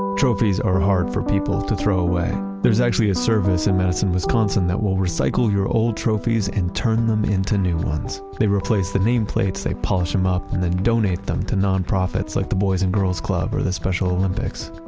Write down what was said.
trophies are hard for people to throw away. there's actually a service in madison, wisconsin, that will recycle your old trophies and turn them into new ones. they replace the nameplates, they polish them up and then donate them to nonprofits like the boys and girls club or the special olympics.